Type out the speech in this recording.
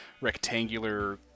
rectangular